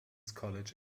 college